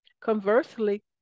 Conversely